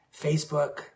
Facebook